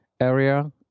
area